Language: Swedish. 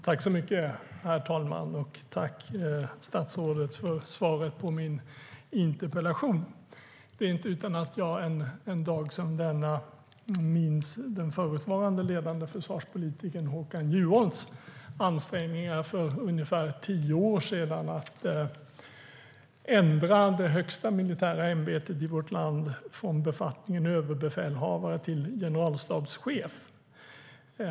Herr talman! Jag tackar statsrådet för svaret på min interpellation. Det är inte utan att jag en dag som denna minns den förutvarande ledande försvarspolitikern Håkan Juholts ansträngningar för ungefär tio år sedan att ändra det högsta militära ämbetet i vårt land från befattningen överbefälhavare till befattningen generalstabschef.